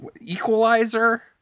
Equalizer